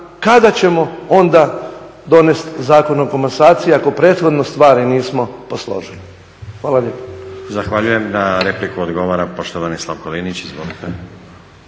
kada ćemo onda donesti Zakon o komasaciji ako prethodne stvari nismo posložili. Hvala lijepo.